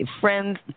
Friends